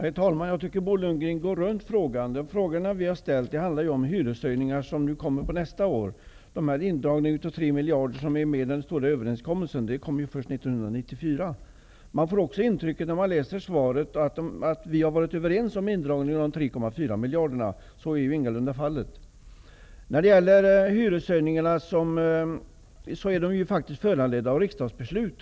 Herr talman! Jag tycker att Bo Lundgren går runt frågan. Vi har frågat om de hyreshöjningarna för nästa år. De indragningar om 3 miljarder som ingår i den stora överenskommelsen kommer ju först Vidare får man, när man läser svaret, ett intryck av att vi har varit överens om indragningarna av de 3,4 miljarderna. Så är ingalunda fallet. Hyreshöjningarna är faktiskt föranledda av riksdagsbeslut.